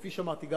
כפי שאמרתי,